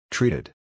Treated